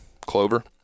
clover